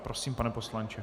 Prosím, pane poslanče.